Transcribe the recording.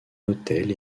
hôtel